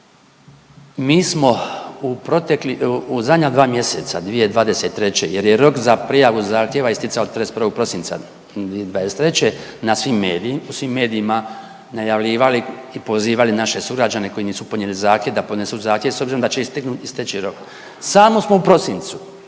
u zadnja dva mjeseca 2023. jer je rok za prijavu zahtjeva isticao 31. prosinca '23. na svim medijima, u svim medijima najavljivali i pozivali naše sugrađane koji nisu podnijeli zahtjev da podnesu zahtjev s obzirom da će isteći rok. Samo smo u prosincu